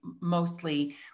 mostly